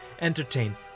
entertain